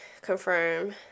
confirm